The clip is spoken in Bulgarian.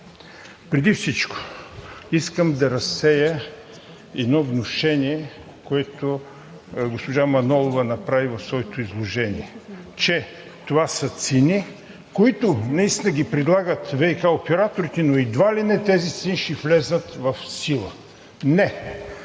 преди всичко искам да разсея едно внушение, което госпожа Манолова направи в своето изложение, че това са цени, които наистина предлагат ВиК операторите, но едва ли не тези цени ще влязат в сила. Не!